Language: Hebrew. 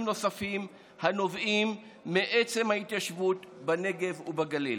נוספים הנובעים מעצם ההתיישבות בנגב ובגליל.